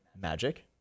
Magic